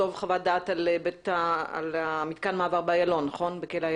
לכתוב חוות דעת על מתקן המעבר בכלא איילון, נכון?